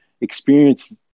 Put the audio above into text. experience